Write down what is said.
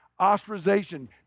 ostracization